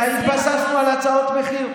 והתבססנו על הצעות מחיר.